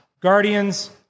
Guardians